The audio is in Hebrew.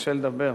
וקשה לדבר.